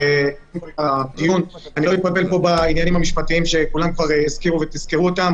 המשפטיים שכולם הזכירו אותם.